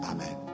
Amen